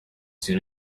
soon